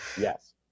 Yes